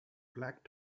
black